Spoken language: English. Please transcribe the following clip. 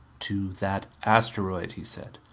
to that asteroid, he said.